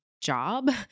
Job